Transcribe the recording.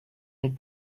and